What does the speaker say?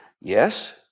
Yes